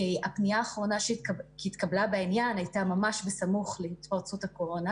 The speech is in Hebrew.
כי הפנייה האחרונה שהתקבלה בעניין הייתה ממש בסמוך להתפרצות הקורונה